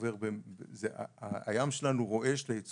אז אולי הלוגיקה לרב פקד היא להגביר את המהירות המותרת בכביש.